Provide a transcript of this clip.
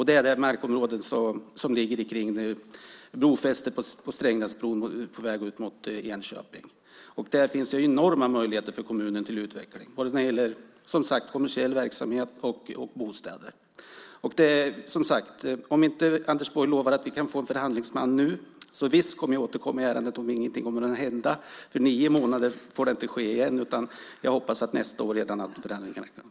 Det är de markområden som ligger runt brofästet för Strängnäsbron på väg mot Enköping. Där finns enorma möjligheter till utveckling för kommunen, både när det som sagt gäller kommersiell verksamhet och bostäder. Om inte Anders Borg lovar att vi kan få en förhandlingsman nu kommer jag naturligtvis att återkomma i ärendet om ingenting händer. Nio månader får inte gå igen, utan jag hoppas att förhandlingarna kan komma i gång redan nästa år.